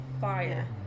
fire